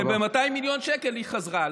כי ב-200 מיליון שקל היא חזרה.